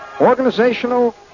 Organizational